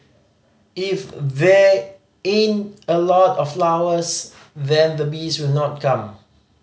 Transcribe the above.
if they in a lot of flowers then the bees will not come